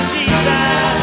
Jesus